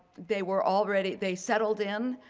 they were already they settled in.